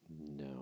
No